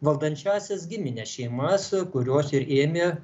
valdančiąsias gimines šeimas kurios ir ėmė